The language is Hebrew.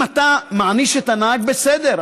אם אתה מעניש את הנהג, בסדר.